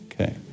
Okay